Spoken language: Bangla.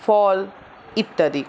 ফল ইত্যাদি